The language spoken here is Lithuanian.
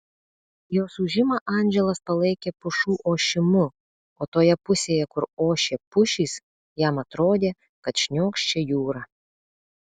jos ūžimą andželas palaikė pušų ošimu o toje pusėje kur ošė pušys jam atrodė kad šniokščia jūra